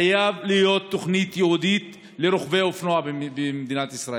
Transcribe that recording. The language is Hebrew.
חייבת להיות תוכנית ייעודית לרוכבי אופנועים במדינת ישראל.